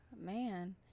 Man